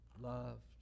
loved